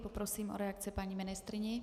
Poprosím o reakci paní ministryni.